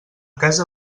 casa